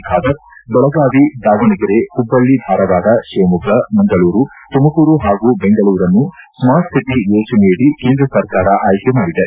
ಖಾದರ್ ಬೆಳಗಾವಿ ದಾವಣಗೆರೆ ಹುಬ್ಲಳ್ಳಿ ಧಾರವಾಡ ಶಿವಮೊಗ್ಗ ಮಂಗಳೂರು ತುಮಕೂರು ಹಾಗೂ ಬೆಂಗಳೂರನ್ನು smart city ಯೋಜನೆಯಡಿ ಕೇಂದ್ರ ಸರ್ಕಾರ ಆಯ್ಕೆಮಾಡಿದೆ